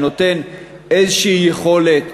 שנותן איזושהי יכולת,